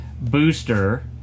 Booster